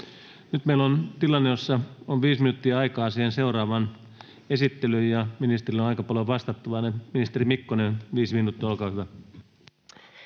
Nyt meillä on tilanne, jossa on viisi minuuttia aikaa seuraavaan esittelyyn, ja ministerillä on aika paljon vastattavaa, joten ministeri Mikkonen, viisi minuuttia, olkaa hyvä.